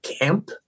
camp